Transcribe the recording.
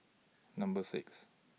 Number six